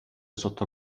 sotto